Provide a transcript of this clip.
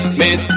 miss